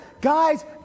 Guys